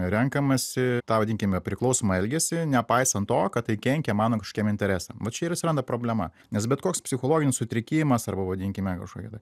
renkamasi tą vadinkime priklausomą elgesį nepaisant to kad tai kenkia mano kažkokiem interesam va čia ir atsiranda problema nes bet koks psichologinis sutrikimas arba vadinkime kažkokia tai